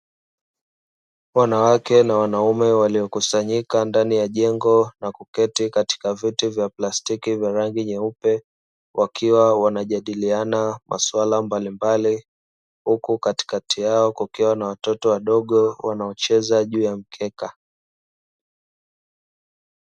Wanawake na wanaume, waliokusanyika ndani ya jengo na kuketi katika viti vya plastiki vyenye rangi nyeupe, wakiwa wanajadiliana maswala mbalimbali, huku katikati yao kukiwa na watoto wadogo wanaocheza juu ya mkeka.